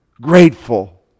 grateful